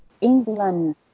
England